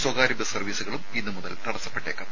സ്വകാര്യ ബസ് സർവ്വീസുകളും ഇന്നുമുതൽ തടസ്സപ്പെട്ടേക്കും